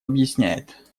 объясняет